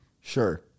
Sure